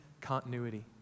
continuity